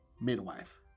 midwife